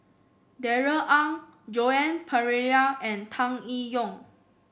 Darrell Ang Joan Pereira and Tan Eng Yoon